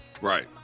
Right